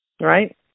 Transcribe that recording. Right